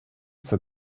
zur